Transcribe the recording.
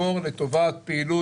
זה עלול להיות כפייה